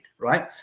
right